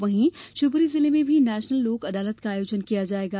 वहीं शिवपुरी जिले में भी नेशनल लोक अदालत का आयोजन किया जाएगा